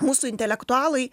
mūsų intelektualai